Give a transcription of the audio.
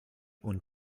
und